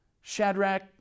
Shadrach